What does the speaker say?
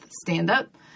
stand-up